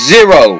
Zero